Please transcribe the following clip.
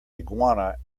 iguana